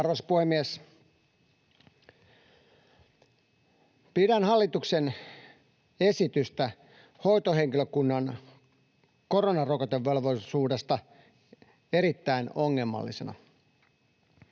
Arvoisa puhemies! Pidän hallituksen esitystä hoitohenkilökunnan koronarokotevelvollisuudesta erittäin ongelmallisena.